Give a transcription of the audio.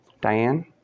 Diane